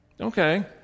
Okay